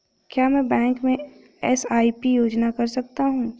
क्या मैं बैंक में एस.आई.पी योजना कर सकता हूँ?